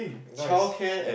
no is